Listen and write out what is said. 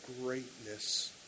greatness